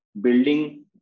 building